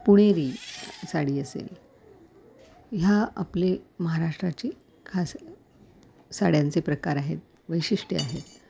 पुणेरी साडी असेल ह्या आपले महाराष्ट्राची खास साड्यांचे प्रकार आहेत वैशिष्ट्य आहेत